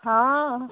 ହଁ